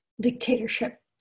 dictatorship